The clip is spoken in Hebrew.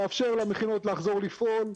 לאפשר למכינות לחזור לפעול,